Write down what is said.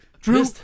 Drew